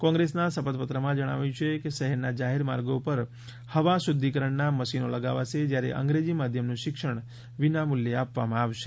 કોંગ્રેસના શપથ પત્રમાં જણાવાયું છે કે શહેરના જાહેર માર્ગો ઉપર હવા શુદ્ધિકરણના મશીનો લગાવશે જ્યારે અંગ્રેજી માધ્યમનું શિક્ષણ વિનામૂલ્યે આપવામાં આવશે